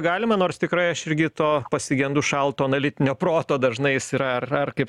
galima nors tikrai aš irgi to pasigendu šalto analitinio proto dažnai is yra ar ar kaip